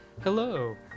hello